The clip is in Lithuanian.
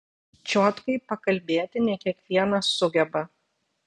čiotkai pakalbėti ne kiekvienas sugeba